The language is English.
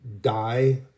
die